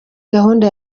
gahunda